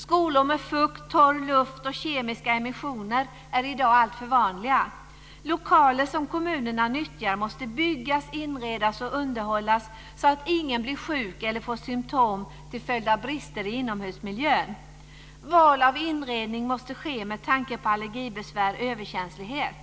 Skolor med fukt, torr luft och kemiska emissioner är i dag alltför vanliga. Lokaler som kommunerna nyttjar måste byggas, inredas och underhållas så att ingen blir sjuk eller får symtom till följd av brister i inomhusmiljön. Val av inredning måste ske med tanke på allergibesvär och överkänslighet.